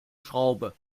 schraube